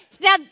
now